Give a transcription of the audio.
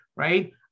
Right